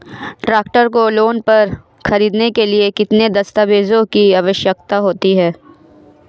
Tractor को loan पर खरीदने के लिए किन दस्तावेज़ों की आवश्यकता होती है?